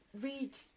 read